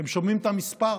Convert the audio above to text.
אתם שומעים את המספר?